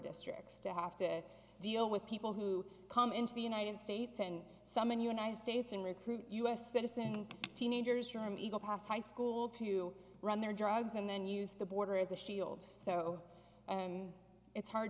districts to have to deal with people who come into the united states and some in united states and recruit u s citizen teenagers from eagle pass high school to run their drugs and then use the border as a shield so it's hard